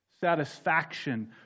satisfaction